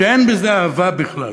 שאין בזה אהבה בכלל.